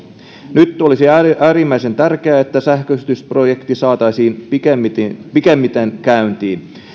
nyt olisi äärimmäisen tärkeää että sähköistysprojekti saataisiin pikimmiten käyntiin